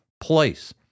place